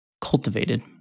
cultivated